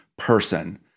Person